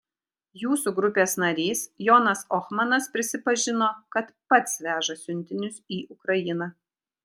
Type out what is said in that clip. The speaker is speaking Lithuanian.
jūsų grupės narys jonas ohmanas prisipažino kad pats veža siuntinius į ukrainą